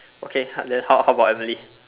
okay hard then how how about Emily